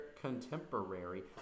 contemporary